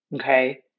Okay